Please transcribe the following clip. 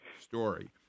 story